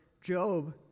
Job